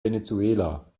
venezuela